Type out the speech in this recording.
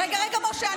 רגע, רגע, משה.